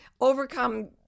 overcome